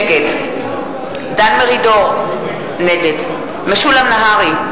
נגד דן מרידור, נגד משולם נהרי,